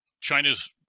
China's